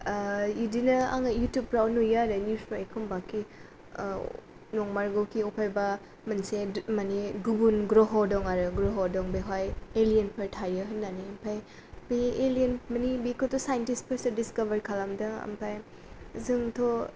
बिदिनो आङो युटुबफ्राव नुयो आरो निउजफ्राव एखनबा खि नंमारगौखि अबेहायबा मोनसे माने गबुन ग्रह' दं आरो बेवहाय एलियेनफोर थायो होननानै ओमफ्राय बे एलियेन माने बेखौथ' साइन्टिस्टफोरसो डिसक'भार खालामदों ओमफ्राय जोंथ'